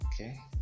okay